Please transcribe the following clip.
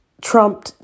trump